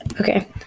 Okay